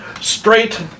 Straight